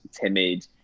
timid